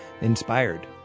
inspired